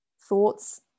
Thoughts